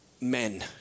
Men